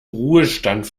ruhestand